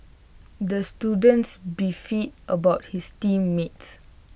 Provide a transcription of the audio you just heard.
the student beefed about his team mates